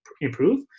improve